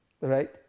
Right